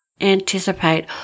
anticipate